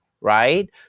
right